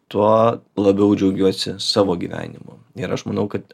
tuo labiau džiaugiuosi savo gyvenimu ir aš manau kad